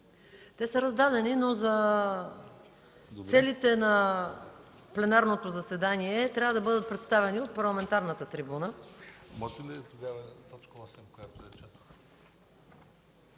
Те са раздадени, но за целите на пленарното заседание трябва да бъдат представени от парламентарната трибуна.